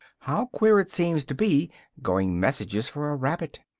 how queer it seems to be going messages for a rabbit!